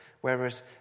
whereas